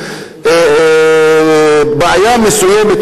הצעת החוק באה מקדימה.